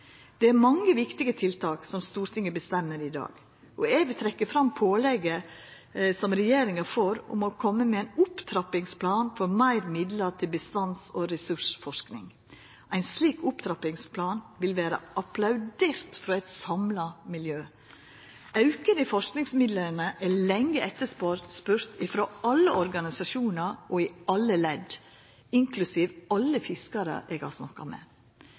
Det er mange viktige tiltak som Stortinget bestemmer i dag, og eg vil trekkja fram pålegget som regjeringa får om å koma med ein opptrappingsplan for meir midlar til bestands- og ressursforsking. Ein slik opptrappingsplan vil vera applaudert av eit samla miljø. Auken i forskingsmidlane er lenge etterspurd frå alle organisasjonar og i alle ledd, inklusiv alle fiskarar eg har snakka med.